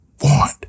want